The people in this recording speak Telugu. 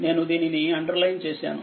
నేను దీనిని అండర్లైన్ చేసాను